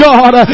God